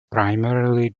primarily